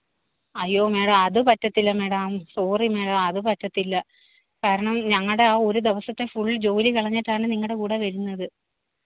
അയ്യോ മാഡം അത് പറ്റത്തില്ല മാഡം സോറി മാഡം അത് പറ്റത്തില്ല കാരണം ഞങ്ങളുടെ ആ ഒരു ദിവസത്തെ ഫുൾ ജോലി കളഞ്ഞിട്ടാണ് നിങ്ങളുടെ കൂടെ വരുന്നത്